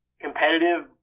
competitive